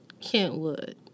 Kentwood